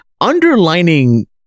underlining